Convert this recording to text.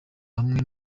hamwe